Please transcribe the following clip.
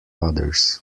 others